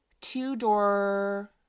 two-door